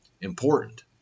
Important